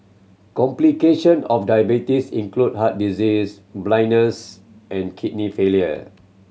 complication of diabetes include heart disease blindness and kidney failure